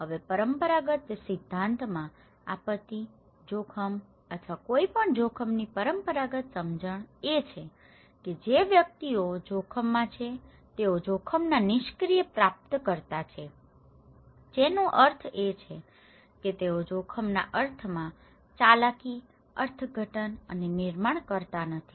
હવે પરંપરાગત સિદ્ધાંતમાં આપત્તિ જોખમ અથવા કોઈપણ જોખમની પરંપરાગત સમજણ એ છે કે જે વ્યક્તિઓ જોખમમાં છે તેઓ જોખમના નિષ્ક્રિય પ્રાપ્તકર્તા છે જેનો અર્થ છે કે તેઓ જોખમના અર્થમાં ચાલાકી અર્થઘટન અને નિર્માણ કરતા નથી